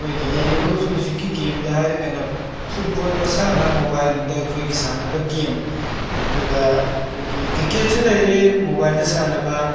ꯑꯩꯈꯣꯏꯒꯤ ꯂꯩꯔꯤꯕ ꯍꯧꯖꯤꯛ ꯍꯧꯖꯤꯛꯀꯤ ꯒꯦꯝꯗ ꯍꯥꯏꯔꯒꯅ ꯐꯨꯠꯕꯣꯜ ꯃꯁꯥꯟꯅ ꯃꯣꯕꯥꯏꯜꯗ ꯑꯩꯈꯣꯏꯒꯤ ꯁꯥꯟꯅꯕ ꯒꯦꯝ ꯑꯗꯨꯒ ꯑꯩꯈꯣꯏꯒꯤ ꯀ꯭ꯔꯤꯀꯦꯠꯁꯨ ꯂꯩꯔꯦ ꯃꯣꯕꯥꯏꯜꯗ ꯁꯥꯅꯕ